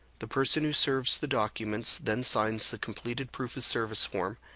the person who serves the documents then signs the completed proof of service form.